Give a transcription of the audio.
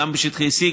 גם בשטחי C,